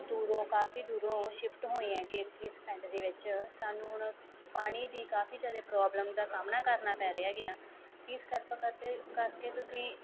ਦੂਰੋਂ ਕਾਫੀ ਦੂਰੋਂ ਸ਼ਿਫਟ ਹੋਏ ਹੈਗੇ ਇੱਥੇ ਇਸ ਪਿੰਡ ਦੇ ਵਿੱਚ ਸਾਨੂੰ ਹੁਣ ਪਾਣੀ ਦੀ ਕਾਫੀ ਜ਼ਿਆਦਾ ਪ੍ਰੋਬਲਮ ਦਾ ਸਾਹਮਣਾ ਕਰਨਾ ਪੈ ਰਿਹਾ ਗਿਆ ਪਲੀਜ਼ ਕਿਰਪਾ ਕਰਕੇ ਕਰਕੇ ਤੁਸੀਂ